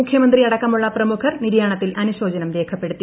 മുഖ്യമന്ത്രി അടക്കമുള്ള പ്രമുഖർ നിര്യാണത്തിൽ അനുശോചനം രേഖപ്പെടുത്തി